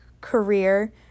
career